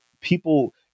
people